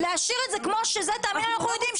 להשאיר את זה כמו שזה תאמינו לי אנחנו יודעים.